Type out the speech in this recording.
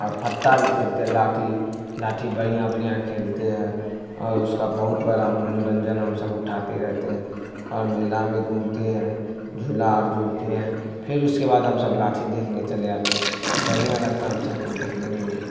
اور پھٹا بھی کھیلتے ہیں لاٹھی لاٹھی بڑھیاں بڑھیا کھیلتے ہیں اور اس کا بہت بڑا منورنجن ہم سب اٹھاتے رہتے ہیں اور میلا میں گھومتے ہیں جھلا اور جھلتے ہیں پھر اس کے بعد ہم سب لاٹھی دیکھنے چلے آتے ہیں بڑھیا لگتا ہے ہم سب وہ دیکھنے میں میلا